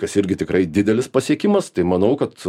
kas irgi tikrai didelis pasiekimas tai manau kad